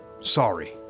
sorry